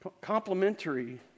Complementary